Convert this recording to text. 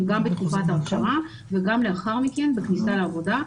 גם בתקופת ההכשרה וגם לאחר מכן בכניסה לעבודה,